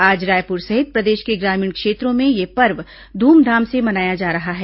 आज रायपुर सहित प्रदेश के ग्रामीण क्षेत्रों में यह पर्व ध्मधाम से मनाया जा रहा है